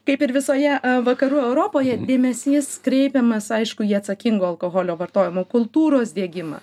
kaip ir visoje vakarų europoje dėmesys kreipiamas aišku į atsakingo alkoholio vartojimo kultūros diegimą